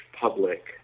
public